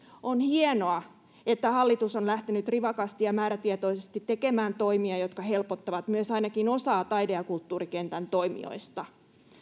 on hienoa että hallitus on lähtenyt rivakasti ja määrätietoisesti tekemään toimia jotka helpottavat myös ainakin osaa taide ja kulttuurikentän toimijoista